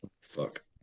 Fuck